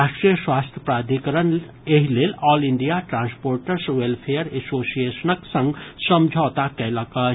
राष्ट्रीय स्वास्थ्य प्राधिकरण एहि लेल ऑल इंडिया ट्रांसपोर्टर्स वेलफेयर एसोसिएशनक संग समझौता कयलक अछि